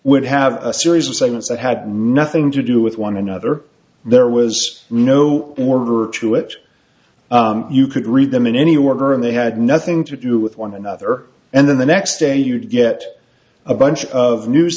would have a series of segments that had nothing to do with one another there was no order to it you could read them in any order and they had nothing to do with one another and then the next day you'd get a bunch of new